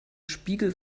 spiegel